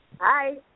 Hi